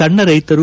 ಸಣ್ಣ ರೈತರು